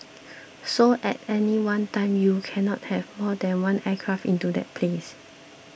so at any one time you cannot have more than one aircraft into that place